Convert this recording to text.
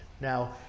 Now